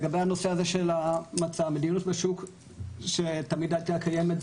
לגבי הנושא הזה של המדיניות בשוק שתמיד הייתה קיימת,